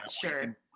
sure